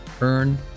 Earn